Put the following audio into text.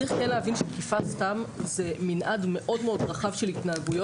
צריך יהיה להבין שתקיפה סתם זה מנעד מאוד מאוד רחב של התנהגויות.